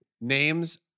Names